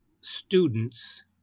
students